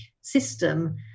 system